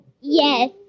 Yes